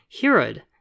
Herod